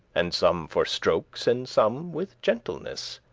and some for strokes, and some with gentiless.